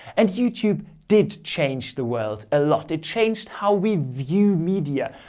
and youtube did change the world a lot. it changed how we view media,